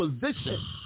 position